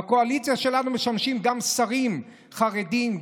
בקואליציה שלנו משמשים גם שרים חרדים,